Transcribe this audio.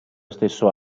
stesso